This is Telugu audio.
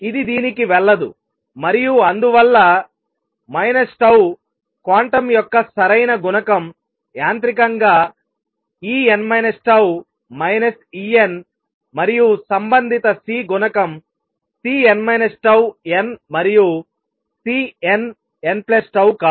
ఇది దీనికి వెళ్ళదు మరియు అందువల్ల τ క్వాంటం యొక్క సరైన గుణకం యాంత్రికంగా En τ Enమరియు సంబంధిత C గుణకం Cn τn మరియు Cnnτ కాదు